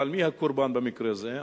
אבל מי הקורבן במקרה הזה?